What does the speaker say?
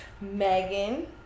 Megan